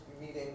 meeting